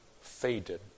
faded